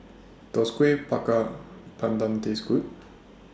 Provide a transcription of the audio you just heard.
Does Kueh Bakar Pandan Taste Good